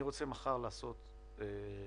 אני רוצה לקיים דיון